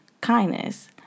Kindness